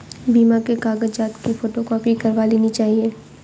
बीमा के कागजात की फोटोकॉपी करवा लेनी चाहिए